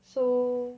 so